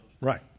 Right